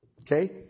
Okay